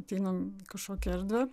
ateinam kažkokią erdvę